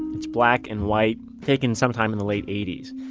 it's black and white, taken sometime in the late eighty s.